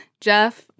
Jeff